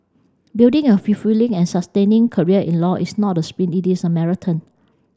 building a fulfilling and sustaining career in law is not a sprint it is a marathon